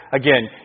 again